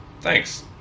thanks